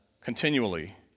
continually